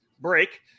break